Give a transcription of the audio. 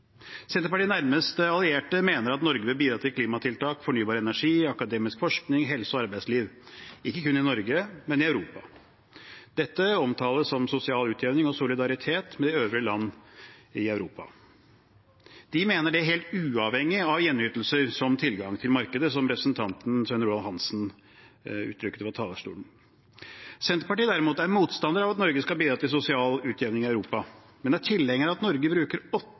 allierte mener at Norge skal bidra til klimatiltak, fornybar energi, akademisk forskning, helse og arbeidsliv – ikke kun i Norge, men i Europa for øvrig. Dette omtales som sosial utjevning og solidaritet med de øvrige landene i Europa. De mener det helt uavhengig av gjenytelser, som tilgang til markedet, slik representanten Svein Roald Hansen uttrykte det fra talerstolen. Senterpartiet derimot er motstander av at Norge skal bidra til sosial utjevning i Europa, men er tilhenger av at Norge bruker åtte